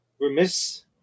remiss